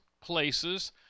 places